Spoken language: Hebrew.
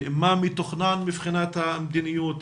מה מתוכנן מבחינת המדיניות,